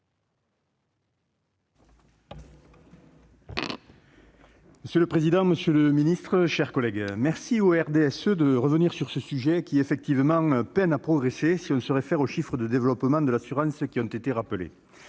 Monsieur le président, monsieur le ministre, mes chers collègues, je remercie le RDSE de revenir sur ce sujet qui, effectivement, peine à progresser si l'on se réfère aux chiffres du développement de l'assurance- ils ont été rappelés.